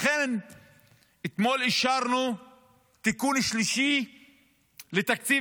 לכן אתמול אישרנו תיקון שלישי לתקציב